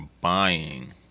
buying